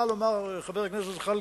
חבר הכנסת זחאלקה,